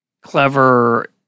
clever